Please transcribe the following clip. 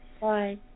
bye